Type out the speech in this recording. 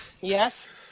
Yes